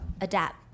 adapt